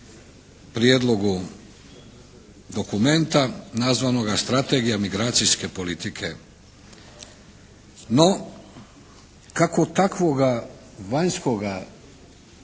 prijedlogu dokumenta nazvanoga strategija migracijske politike. No kako takvoga vanjskoga